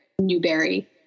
Newberry